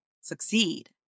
succeed